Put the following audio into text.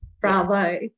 bravo